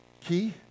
key